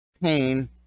pain